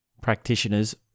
practitioners